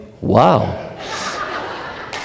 wow